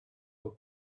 were